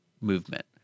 movement